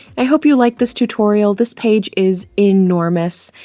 i hope you like this tutorial this page is enormous,